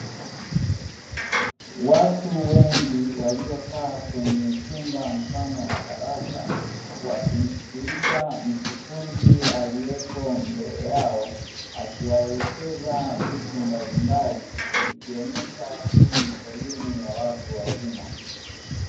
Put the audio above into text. Watu wengi waliokaa kwenye chumba mfano wa darasa wakimsikiliza mkufunzi, aliyeko mbele yao akiwaelekeza vitu mbalimbali ikionesha hii ni elimu ya watu wazima.